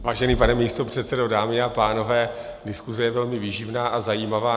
Vážený pane místopředsedo, dámy a pánové, diskuse je velmi výživná a zajímavá.